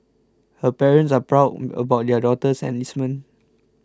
her parents are proud about their daughter's enlistment